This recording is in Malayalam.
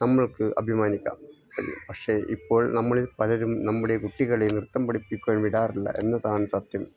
നമ്മൾക്ക് അഭിമാനിക്കാം പക്ഷേ ഇപ്പോൾ നമ്മളെ പലരും നമ്മുടെ കുട്ടികളെ നൃത്തം പഠിപ്പിക്കുവാൻ വിടാറില്ല എന്നതാണ് സത്യം